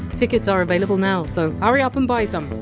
tickets are available now, so ah hurry up and buy some,